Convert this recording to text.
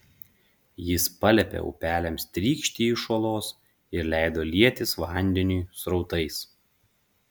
jis paliepė upeliams trykšti iš uolos ir leido lietis vandeniui srautais